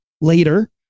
later